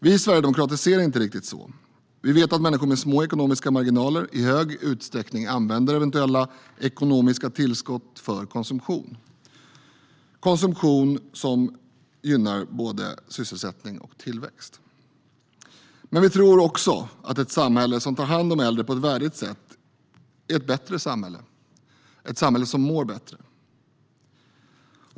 Vi sverigedemokrater ser det inte riktigt så. Vi vet att människor med små ekonomiska marginaler i hög utsträckning använder eventuella ekonomiska tillskott för konsumtion - det är en konsumtion som gynnar både sysselsättning och tillväxt. Men vi tror också att ett samhälle som tar hand om de äldre på ett värdigt sätt är ett bättre samhälle. Det är ett samhälle som mår bättre.